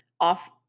off